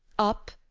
up,